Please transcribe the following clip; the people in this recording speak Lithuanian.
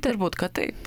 turbūt kad taip